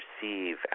perceive